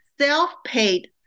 self-paid